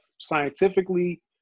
scientifically